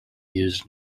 used